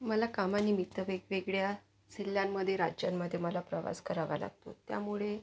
मला कामानिमित्त वेगवेगळ्या जिल्ह्यांमध्ये राज्यांमध्ये मला प्रवास करावा लागतो त्यामुळे